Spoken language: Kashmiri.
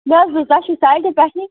مےٚ حظ بوٗز تۄہہِ چھِو سایٹہِ پٮ۪ٹھٕے